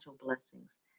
blessings